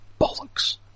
Bollocks